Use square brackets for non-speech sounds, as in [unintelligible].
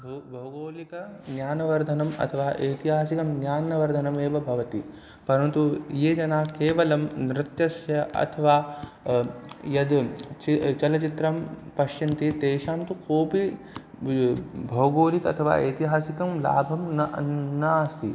भो भौगोलिकज्ञानवर्धनम् अथवा ऐतिहासिकं ज्ञानवर्धनमेव भवति परन्तु ये जनाः केवलं नृत्यस्य अथवा यद् च चलच्चित्रं पश्यन्ति तेषां तु किमपि [unintelligible] भौगोलिकम् अथवा ऐतिहासिकः लाभः न नास्ति